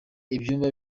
ibyumba